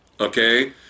Okay